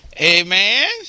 Amen